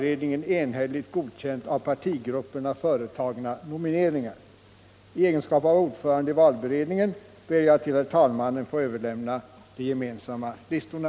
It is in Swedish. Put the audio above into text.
I egenskap av ordförande i valberedningen ber jag att till herr talmannen få överlämna de gemensamma listorna.